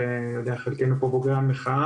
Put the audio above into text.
שכפי שאתם יודעים ואפילו חלקינו פה מבוגרי המחאה.